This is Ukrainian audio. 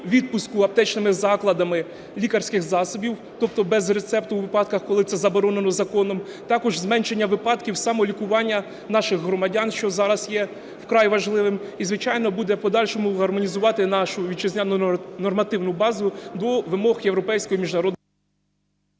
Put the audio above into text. відпуску аптечними закладами лікарських засобів, тобто без рецепту у випадках, коли це заборонено законом, також зменшення випадків самолікування наших громадян, що зараз є вкрай важливим, і, звичайно, буде в подальшому гармонізувати нашу вітчизняну нормативну базу до вимог європейської міжнародної… Веде